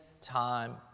time